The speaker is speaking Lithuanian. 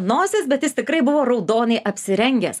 nosis bet jis tikrai buvo raudonai apsirengęs